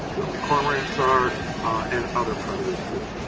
certainly cormorants are and other predators do.